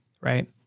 right